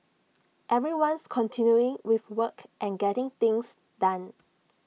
everyone's continuing with work and getting things done